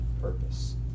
purpose